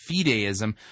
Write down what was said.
fideism